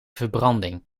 verbranding